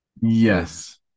Yes